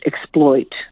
exploit